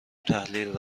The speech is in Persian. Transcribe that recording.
تحلیل